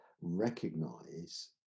recognize